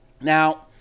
Now